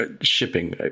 shipping